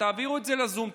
תעבירו את זה לזום,